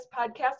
podcast